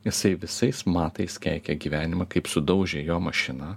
jisai visais matais keikia gyvenimą kaip sudaužė jo mašiną